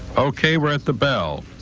ok, we're at the bell.